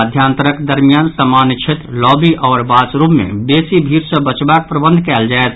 मध्यांतरक दरिमयान सामान्य क्षेत्र लॉबी आओर वॉशरूम मे बेसी भीड़ सँ बचाबक प्रबंध कयल जायत